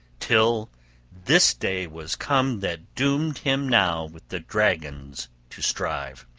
till this day was come that doomed him now with the dragon to strive.